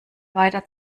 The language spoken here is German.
weiter